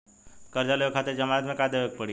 कर्जा लेवे खातिर जमानत मे का देवे के पड़ी?